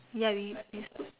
ya we we spoke